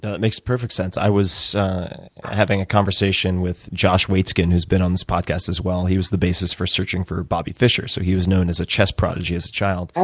it makes perfect sense. i was having a conversation with josh waitzkin, who's been on this podcast as well. he was the basis for searching for bobby fischer. so he was known as a chess prodigy as a child. oh,